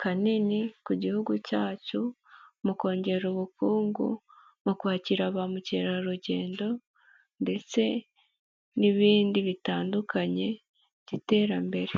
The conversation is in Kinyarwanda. kanini ku Gihugu cyacu mu kongera ubukungu, mu kwakira ba mukerarugendo ndetse n'ibindi bitandukanye by'iterambere.